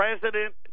president